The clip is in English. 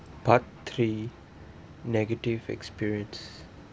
part three negative experience